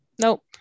Nope